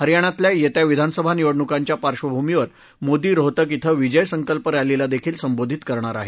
हरियाणातल्या येत्या विधानसभा निवडणुकांच्या पार्क्षमूमीवर मोदी रोहतक इथ विजय संकल्प रॅलीलादेखील संबोधित करणार आहेत